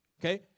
okay